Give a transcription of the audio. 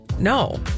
No